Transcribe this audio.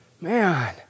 Man